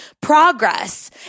progress